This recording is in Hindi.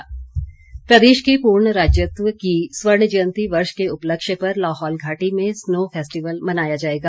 स्नो फेस्टिवल प्रदेश के पूर्ण राज्यत्व की स्वर्ण जयंती वर्ष के उपलक्ष्य पर लाहौल घाटी में स्नो फेस्टिवल मनाया जाएगा